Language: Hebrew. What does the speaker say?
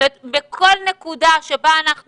בכל נקודה בה אנחנו